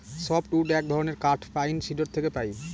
soft wood এক ধরনের কাঠ পাইন, সিডর থেকে পাই